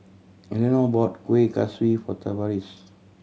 Elenor bought Kueh Kaswi for Tavaris